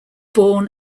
born